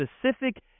specific